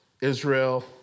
Israel